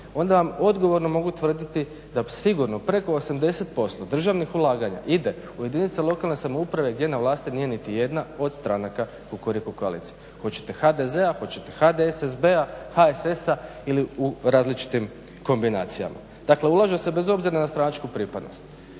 onda vam odgovorno mogu tvrditi da sigurno preko 80% državnih ulaganja ide u jedinice lokalne samouprave gdje na vlasti nije nitijedna od stranaka Kukuriku koalicije. Hoćete HDZ-a, hoćete HDSSB-a, HSS-a ili u različitim kombinacijama. Dakle, ulažu se bez obzira na stranačku pripadnost.